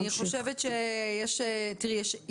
תראי,